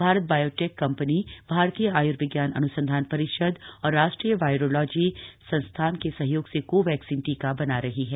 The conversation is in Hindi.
भारत बायोटेक कं नी भारतीय आय्र्विज्ञान अन्संधान रिषद और राष्ट्रीय वायरोलॉजी संस्थान के सहयोग से कोवैक्सीन टीका बना रही है